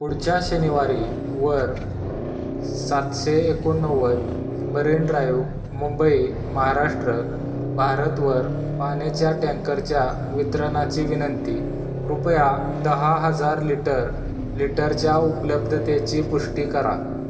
पुढच्या शनिवारी वर सातशे एकोणनव्वद मरीन ड्राईव्ह मुंबई महाराष्ट्र भारतवर पाण्याच्या टँकरच्या वितरणाची विनंती कृपया दहा हजार लिटर लिटरच्या उपलब्धतेची पुष्टी करा